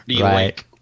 Right